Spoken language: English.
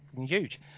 huge